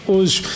Hoje